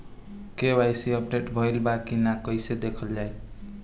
KYC update भइल बा कि ना कइसे देखल जाइ?